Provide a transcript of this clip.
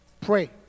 Pray